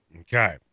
Okay